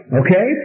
okay